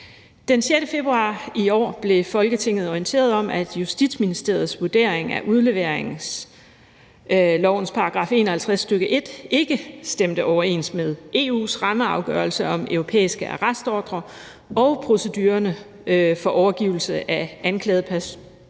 Den 6. februar i år blev Folketinget orienteret om, at Justitsministeriets vurdering af udleveringslovens § 51, stk. 1, ikke stemte overens med EU's rammeafgørelse om europæiske arrestordrer og procedurerne for overgivelse af anklagede